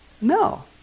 No